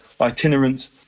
itinerant